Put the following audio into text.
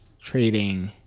trading